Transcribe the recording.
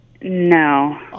No